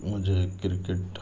مجھے کرکٹ